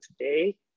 today